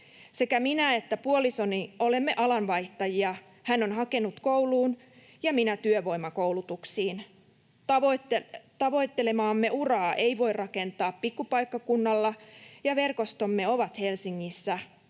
Sekä minä että puolisoni olemme alanvaihtajia, hän on hakenut kouluun ja minä työvoimakoulutuksiin. Tavoittelemaamme uraa ei voi rakentaa pikkupaikkakunnalla, ja verkostomme ovat Helsingissä.